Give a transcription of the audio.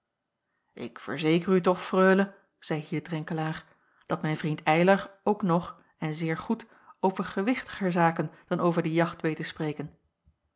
ik verzeker u toch freule zeî hier drenkelaer dat mijn vriend eylar ook nog en zeer goed over gewichtiger zaken dan over de jacht weet te spreken